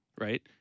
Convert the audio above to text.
right